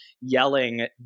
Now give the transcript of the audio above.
yelling